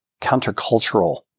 countercultural